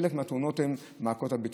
חלק מהתאונות הן בגלל מעקות הבטיחות.